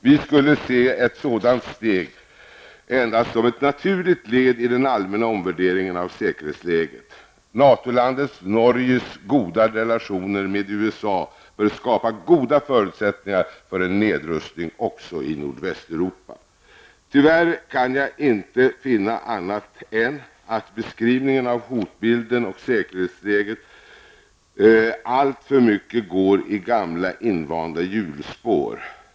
Vi skulle se ett sådant steg endast som ett naturligt led i den allmänna omvärderingen av säkerhetsläget. Natolandet Norges goda relationer med USA borde skapa goda förutsättningar för en nedrustning också i Nordvästeuropa.'' Tyvärr kan jag inte finna annat än att beskrivningen av hotbilden och säkerhetsläget alltför mycket går i gamla invanda hjulspår.